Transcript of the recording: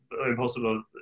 impossible